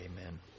amen